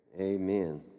Amen